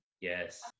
Yes